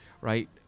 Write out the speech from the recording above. right